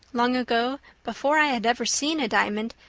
long ago, before i had ever seen a diamond,